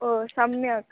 ओ सम्यक्